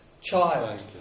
child